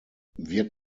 wird